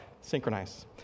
Synchronize